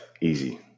easy